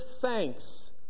thanks